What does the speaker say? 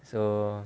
so